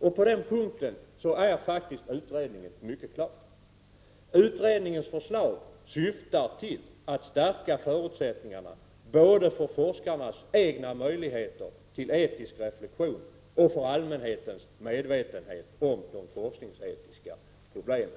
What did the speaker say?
om. På den punkten är faktiskt utredningen mycket klar. Utredningens förslag syftar till att stärka förutsättningarna både för forskarnas egna möjligheter till etisk reflexion och för allmänhetens medvetenhet om de forskningsetiska problemen.